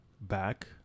back